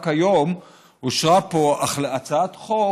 רק היום אושרה פה הצעת חוק